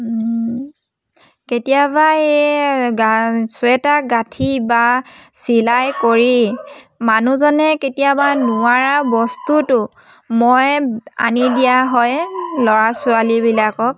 কেতিয়াবা এই চুৱেটাৰ গাঁঠি বা চিলাই কৰি মানুহজনে কেতিয়াবা নোৱাৰা বস্তুটো মই আনি দিয়া হয় ল'ৰা ছোৱালীবিলাকক